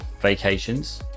vacations